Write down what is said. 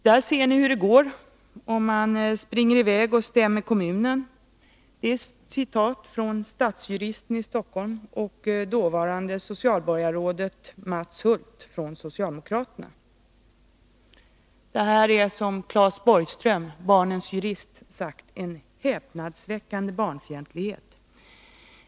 ”Där ser ni hur det går om man springer i väg och stämmer kommunen” -— ett citat från stadsjuristen i Stockholm och dåvarande socialborgarrådet Mats Hulth, socialdemokraterna. Detta är som Claes Borgström, barnens jurist, sagt — en häpnadsväckande barnfientlighet.